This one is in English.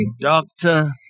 doctor